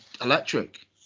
electric